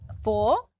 four